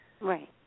Right